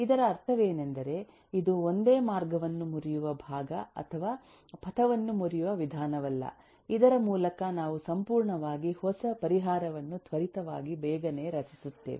ಇದರ ಅರ್ಥವೇನೆಂದರೆ ಇದು ಒಂದೇ ಮಾರ್ಗವನ್ನು ಮುರಿಯುವ ಭಾಗ ಅಥವಾ ಪಥವನ್ನು ಮುರಿಯುವ ವಿಧಾನವಲ್ಲ ಇದರ ಮೂಲಕ ನಾವು ಸಂಪೂರ್ಣವಾಗಿ ಹೊಸ ಪರಿಹಾರವನ್ನು ತ್ವರಿತವಾಗಿ ಬೇಗನೆ ರಚಿಸುತ್ತೇವೆ